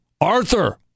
Arthur